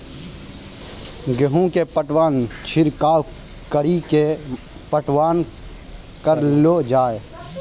गेहूँ के पटवन छिड़काव कड़ी के पटवन करलो जाय?